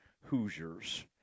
Hoosiers